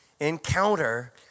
encounter